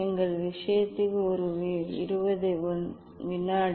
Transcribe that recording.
எங்கள் விஷயத்தில் ஒரு 20 வினாடி